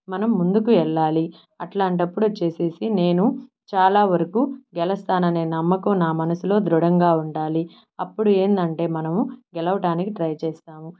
మనం ముందుకు వెళ్ళాలి అలాంటప్పుడు వచ్చేసి నేను చాలా వరకు గెలుస్తాననే నమ్మకం నా మనసులో దృఢంగా ఉండాలి అప్పుడు ఏందంటే మనము గెలవడానికి ట్రై చేస్తాము